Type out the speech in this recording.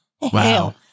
Wow